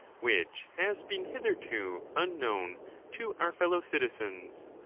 which has been hitherto un known to our fellow-citizens,